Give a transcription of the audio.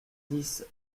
dix